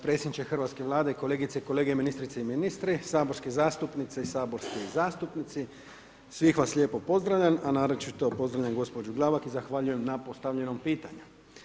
Predsjedniče hrvatske Vlade, kolegice i kolege, ministrice i ministri, saborski zastupnice i saborski zastupnici, svih vas lijepo pozdravljam, a naročito pozdravljam gospođu Glavak i zahvaljujem na postavljenom pitanju.